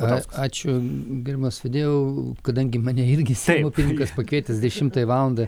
ačiū gerbiamas vedėjau kadangi mane irgi seimo pirmininkas pakvietęs dešimtai valandai